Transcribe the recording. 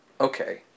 Okay